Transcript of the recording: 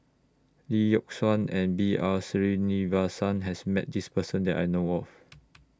Lee Yock Suan and B R Sreenivasan has Met This Person that I know of